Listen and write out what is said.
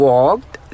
Walked